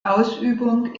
ausübung